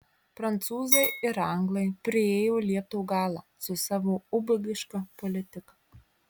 prancūzai ir anglai priėjo liepto galą su savo ubagiška politika